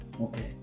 Okay